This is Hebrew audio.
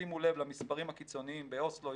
שימו לב למספרים הקיצוניים באוסלו,